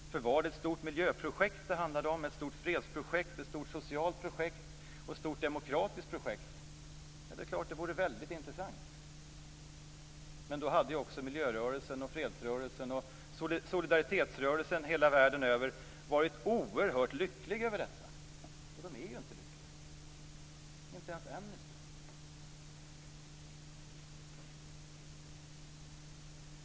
Om det handlade om ett stort miljöprojekt, ett stort fredsprojekt, ett stort socialt projekt och ett stort demokratiskt projekt, vore det självklart väldigt intressant. Men då hade också miljörörelsen, fredsrörelsen och solidaritetsrörelsen världen över varit oerhört lyckliga över detta. Men de är inte lyckliga, inte ens Amnesty.